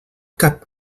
cap